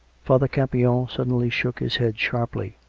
father campion suddenly shook his head sharply.